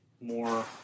more